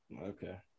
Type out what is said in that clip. Okay